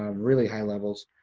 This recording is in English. ah really high levels.